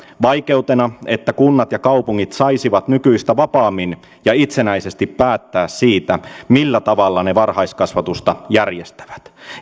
vaikeutena että kunnat ja kaupungit saisivat nykyistä vapaammin ja itsenäisesti päättää siitä millä tavalla ne varhaiskasvatusta järjestävät